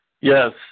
Yes